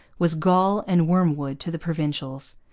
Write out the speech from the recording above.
was gall and wormwood to the provincials.